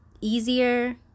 easier